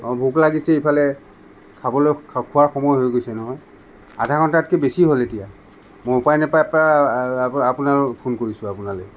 অঁ ভোক লাগিছে এইফালে খাবলৈ খোৱাৰ সময় হৈ গৈছে নহয় আধা ঘণ্টাতকৈ বেছি হ'ল এতিয়া মই উপায় নাপাই পাই আপোনালোকক ফোন কৰিছোঁ আপোনালৈ